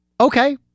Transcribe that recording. Okay